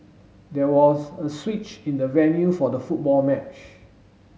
there was a switch in the venue for the football match